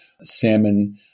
salmon